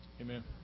Amen